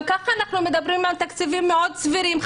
גם כך אנחנו מדברים על תקציבים מאוד סבירים.